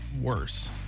worse